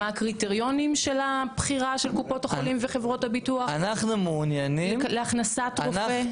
מה הקריטריונים של הבחירה של קופות החולים וחברות הביטוח להכנסת רופא?